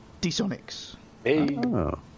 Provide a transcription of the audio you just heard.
D-Sonics